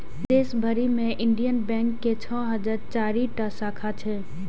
देश भरि मे इंडियन बैंक के छह हजार चारि टा शाखा छै